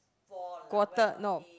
quarter no